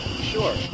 Sure